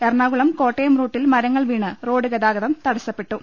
എറണാകുളം കോട്ടയം റൂട്ടിൽ മരങ്ങൾ വീണ് റോഡ് ഗതാഗതം തടസ്സപ്പെട്ടു